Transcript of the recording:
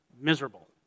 miserable